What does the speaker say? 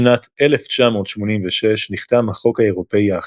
בשנת 1986 נחתם החוק האירופי האחיד.